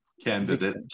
Candidate